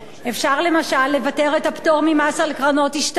אפשר למשל לבטל את הפטור ממס על קרנות השתלמות,